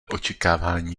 očekávání